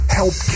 help